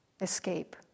escape